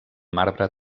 marbre